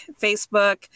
facebook